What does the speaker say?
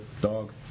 dog